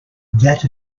that